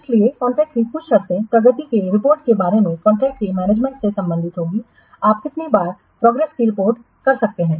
इसलिए कॉन्ट्रैक्ट की कुछ शर्तें प्रगति के रिपोर्टिंग के बारे में कॉन्ट्रैक्ट के मैनेजमेंट से संबंधित होंगी आप कितनी बार प्रगति की रिपोर्ट कर सकते हैं